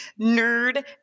nerd